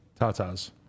tatas